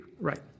right